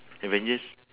avengers